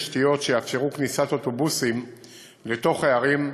תשתיות שיאפשרו כניסת אוטובוסים לתוך הערים,